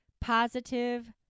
positive